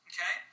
Okay